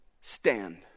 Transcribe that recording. stand